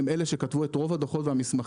הם אלה שכתבו את רוב הדוחות והמסמכים.